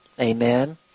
Amen